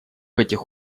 этих